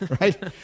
right